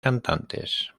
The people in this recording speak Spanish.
cantantes